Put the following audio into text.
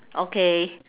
okay